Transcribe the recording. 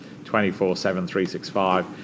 24-7-365